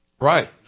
Right